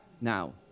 Now